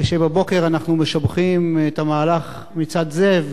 כשבבוקר אנחנו משבחים את המהלך מצד זה,